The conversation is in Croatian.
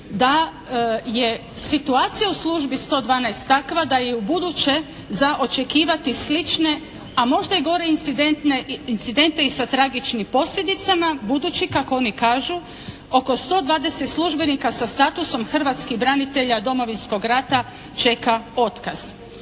da je situacija u službi 112 takva da je ubuduće za očekivati slične, a možda i gore incidente i sa tragičnim posljedicama budući, kako oni kažu, oko 120 službenika sa statusom hrvatskih branitelja Domovinskog rata čeka otkaz.